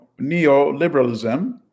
neoliberalism